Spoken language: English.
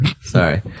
Sorry